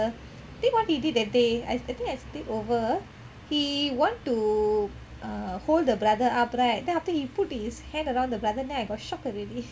then what he did that day I think I stayed over he want to err hold the brother up right then after that he put his hand around the brother then I got shocked already